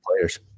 players